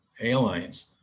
airlines